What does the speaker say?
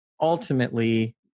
ultimately